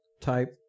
type